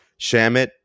Shamit